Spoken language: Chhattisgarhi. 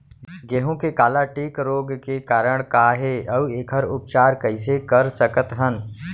गेहूँ के काला टिक रोग के कारण का हे अऊ एखर उपचार कइसे कर सकत हन?